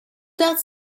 that